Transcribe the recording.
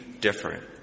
different